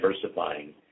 diversifying